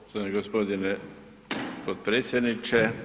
Poštovani g. potpredsjedniče.